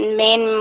main